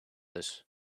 this